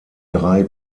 drei